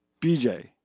BJ